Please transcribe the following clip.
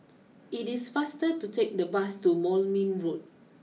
it is faster to take the bus to Moulmein Road